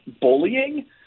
bullying